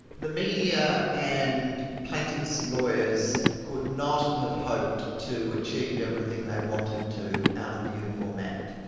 the media and plaintiff's lawyers could not have hoped to achieve everything they wanted to out of the uniform act.